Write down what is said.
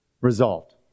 resolved